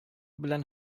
белән